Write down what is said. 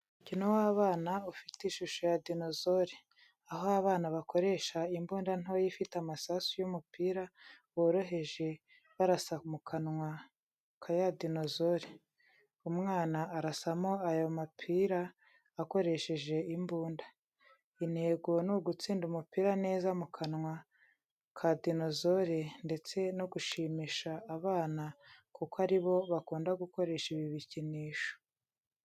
Umukino w’abana ufiite ishusho ya dinosore, aho abana bakoresha imbunda ntoya ifite amasasu y’umupira, woroheje barasa mu kanwa ka ya dinosore. Umwana arasamo ayo mapira akoresheje imbunda. Intego n'ugutsinda umupira neza mukanwa ka dinosoro ndetse no gushimisha abana kuko aribo bakunda gukoresha ibi bikinisho.